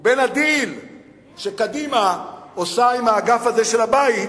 ובין הדיל שקדימה עושה עם האגף הזה של הבית,